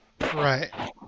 Right